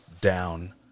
down